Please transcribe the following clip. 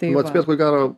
jeigu atspės ko gero